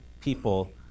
people